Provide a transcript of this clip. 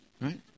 right